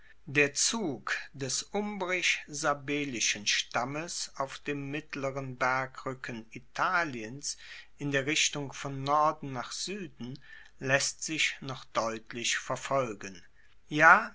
der zug des umbrisch sabellischen stammes auf dem mittleren bergruecken italiens in der richtung von norden nach sueden laesst sich noch deutlich verfolgen ja